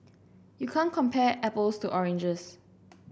you can't compare apples to oranges